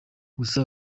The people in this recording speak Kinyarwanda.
gusa